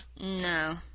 No